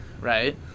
right